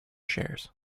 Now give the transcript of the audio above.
shares